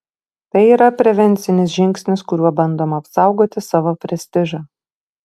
tai yra prevencinis žingsnis kuriuo bandoma apsaugoti savo prestižą